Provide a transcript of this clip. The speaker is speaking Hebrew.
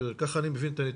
כך אני מבין את הנתונים.